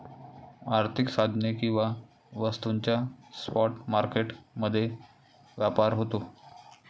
आर्थिक साधने किंवा वस्तूंचा स्पॉट मार्केट मध्ये व्यापार होतो